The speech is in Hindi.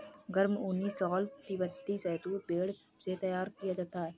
गर्म ऊनी शॉल तिब्बती शहतूश भेड़ से तैयार किया जाता है